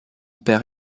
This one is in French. père